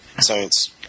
science